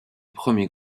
premier